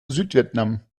südvietnam